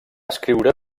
escriure